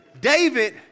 David